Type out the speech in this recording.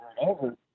over